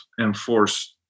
enforce